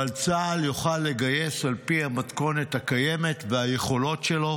אבל צה"ל יוכל לגייס על פי המתכונת הקיימת והיכולות שלו